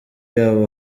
yabo